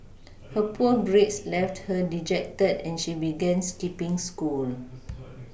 her poor grades left her dejected and she began skipPing school